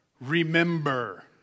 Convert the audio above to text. Remember